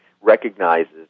recognizes